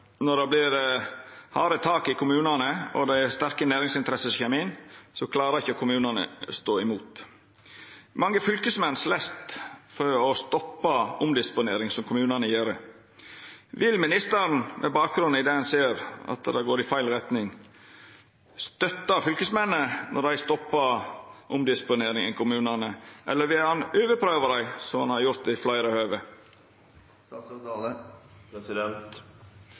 når det vert harde tak i kommunane, og det er sterke næringsinteresser som kjem inn, klarer ikkje kommunane å stå imot. Mange fylkesmenn slåst for å stoppa omdisponering som kommunane gjer. Vil ministeren med bakgrunn i det ein ser, at det går i feil retning, støtta fylkesmennene når dei stoppar omdisponering i kommunane, eller vil han overprøva dei, som han har gjort ved fleire høve?